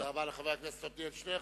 תודה רבה לחבר הכנסת עתניאל שנלר.